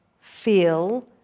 feel